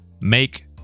make